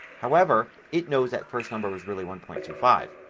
however it knows that first number was really one point two five.